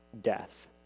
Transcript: death